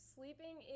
Sleeping